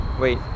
Wait